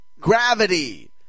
Gravity